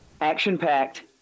action-packed